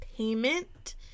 payment